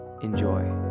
Enjoy